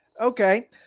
okay